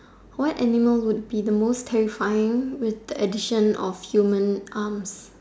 what animal would be the most terrifying with the addition of human arm